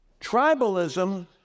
Tribalism